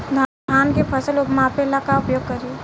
धान के फ़सल मापे ला का उपयोग करी?